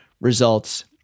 results